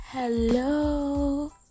hello